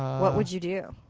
what would you do?